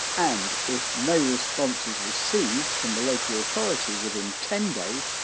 and if no response is received from the local authority within ten days,